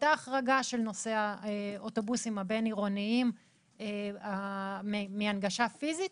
הייתה החרגה של נושא האוטובוסים הבין-עירוניים מהנגשה פיזית,